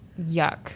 yuck